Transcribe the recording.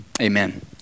Amen